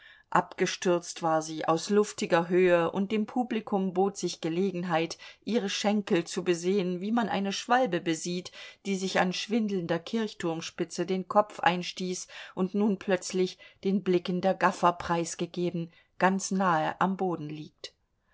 abgestürzt war sie aus luftiger höhe und dem publikum bot sich gelegenheit ihre schenkel zu besehen wie man eine schwalbe besieht die sich an schwindelnder kirchturmspitze den kopf einstieß und nun plötzlich den blicken der gaffer preisgegeben ganz nahe am boden liegt